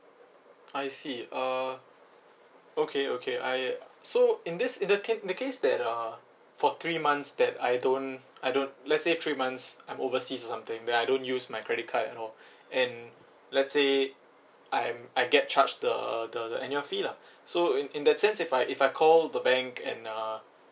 I see uh okay okay I so in this in the ca~ in the case that uh for three months that I don't I don't let's say three months I'm overseas or something then I don't use my credit card and all and let's say I'm I get charged the the the annual fee lah so in in that sense if I if I call the bank and uh